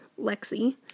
Lexi